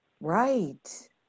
Right